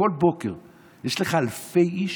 כל בוקר יש לך אלפי איש?